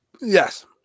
Yes